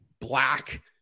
black